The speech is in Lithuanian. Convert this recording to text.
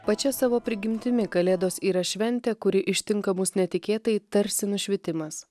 pačia savo prigimtimi kalėdos yra šventė kuri ištinka mus netikėtai tarsi nušvitimas